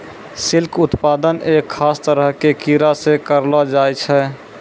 silk उत्पादन एक खास तरह के कीड़ा सॅ करलो जाय छै